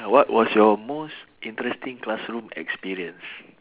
what was your most interesting classroom experience